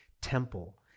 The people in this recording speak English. temple